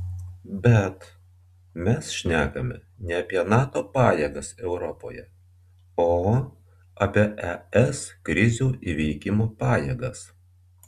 bet mes šnekame ne apie nato pajėgas europoje o apie es krizių įveikimo pajėgas